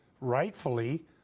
rightfully